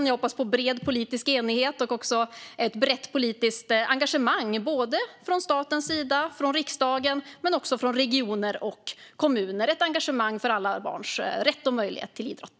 Jag hoppas på bred politisk enighet och ett brett politiskt engagemang både från statens sida, från riksdagen och från regioner och kommuner - ett engagemang för alla barns rätt och möjlighet till idrott.